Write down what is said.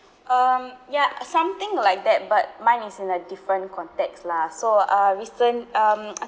um ya something like that but mine is in a different context lah so uh recent um